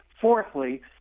Fourthly